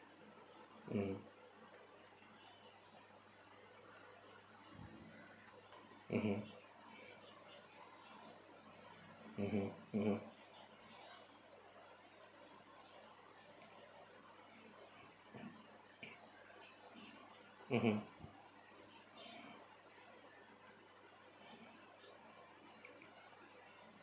mm mmhmm mmhmm mmhmm mmhmm